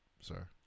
sir